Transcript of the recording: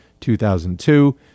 2002